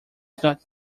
not